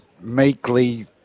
meekly